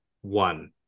One